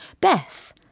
Beth